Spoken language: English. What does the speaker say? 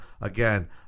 Again